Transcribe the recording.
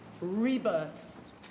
rebirths